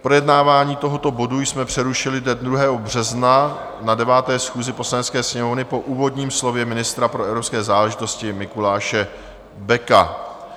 Projednávání tohoto bodu jsme přerušili dne 2. března na 9. schůzi Poslanecké sněmovny po úvodním slově ministra pro evropské záležitosti Mikuláše Beka.